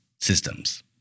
systems